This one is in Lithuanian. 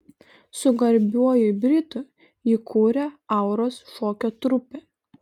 su garbiuoju britu jį kūrė auros šokio trupę